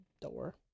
door